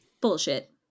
Bullshit